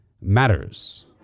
matters